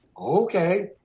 Okay